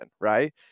right